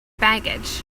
baggage